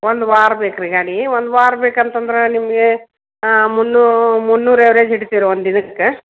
ಒಂದು ವಾರ ಬೇಕು ರೀ ಗಾಡಿ ಒಂದು ವಾರ ಬೇಕಂತಂದ್ರೆ ನಿಮಗೆ ಮುನ್ನೂ ಮುನ್ನೂರು ಎವ್ರೇಜ್ ಹಿಡಿತೀವಿ ರಿ ಒಂದು ದಿನಕ್ಕೆ